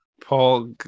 Paul